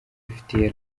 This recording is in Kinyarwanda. ifitiye